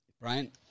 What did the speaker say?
Brian